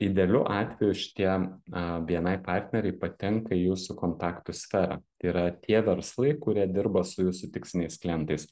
idealiu atveju šitie a bni partneriai patenka į jūsų kontaktų sferą tai yra tie verslai kurie dirba su jūsų tiksliniais klientais